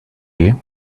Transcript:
you